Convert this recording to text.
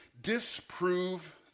disprove